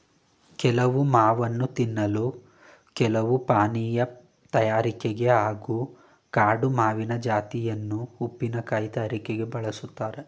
ಕೆಲವು ಮಾವನ್ನು ತಿನ್ನಲು ಕೆಲವು ಪಾನೀಯ ತಯಾರಿಕೆಗೆ ಹಾಗೂ ಕಾಡು ಮಾವಿನ ಜಾತಿಯನ್ನು ಉಪ್ಪಿನಕಾಯಿ ತಯಾರಿಕೆಗೆ ಬಳುಸ್ತಾರೆ